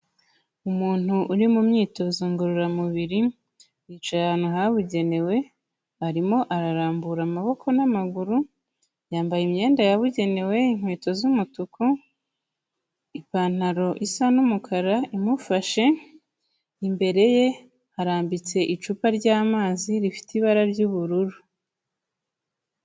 Umuntu uri mu myitozo ngororamubiri, yicaye ahantu habugenewe arimo ararambura amaboko n'amaguru yambaye imyenda yabugenewe inkweto z'umutuku, ipantaro isa n'umukara imufashe, imbere ye harambitse icupa ry'amazi rifite ibara ry'ubururu.